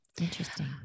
Interesting